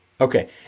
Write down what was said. Okay